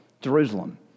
Jerusalem